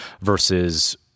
versus